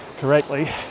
correctly